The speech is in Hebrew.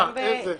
איזה?